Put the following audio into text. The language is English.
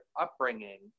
upbringing